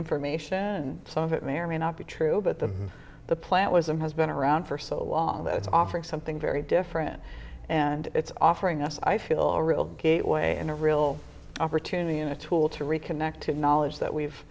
information some of it may or may not be true but the the plant was and has been around for so long that it's offering something very different and it's offering us i feel a real gateway and a real opportunity and a tool to reconnect acknowledge that we've